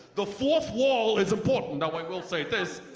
the fourth wall is important. now i will say this,